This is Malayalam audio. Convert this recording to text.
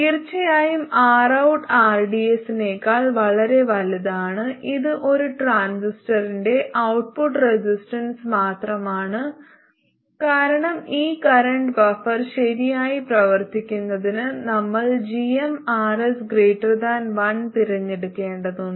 തീർച്ചയായും Rout rds നേക്കാൾ വളരെ വലുതാണ് ഇത് ഒരു ട്രാൻസിസ്റ്ററിന്റെ ഔട്ട്പുട്ട് റെസിസ്റ്റൻസ് മാത്രമാണ് കാരണം ഈ കറന്റ് ബഫർ ശരിയായി പ്രവർത്തിക്കുന്നതിന് നമ്മൾ gmRs 1 തിരഞ്ഞെടുക്കേണ്ടതുണ്ട്